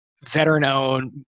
veteran-owned